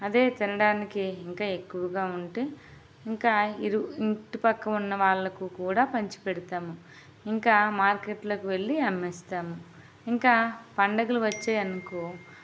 అదే తినడానికి ఇంకా ఎక్కువగా ఉంటే ఇంకా ఇరుగు ఇంటి పక్కన ఉన్నవాళ్ళకు కూడా పంచి పెడతాం ఇంకా మార్కెట్లోకి వెళ్ళి అమ్మేస్తాం ఇంకా పండుగలు వచ్చాయి అనుకో